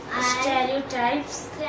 stereotypes